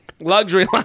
luxury